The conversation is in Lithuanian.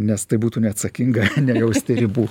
nes tai būtų neatsakinga nejausti ribų